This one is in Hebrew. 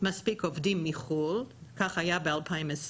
מספיק עובדים מחו"ל, כך היה ב-2020,